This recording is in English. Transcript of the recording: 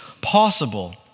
possible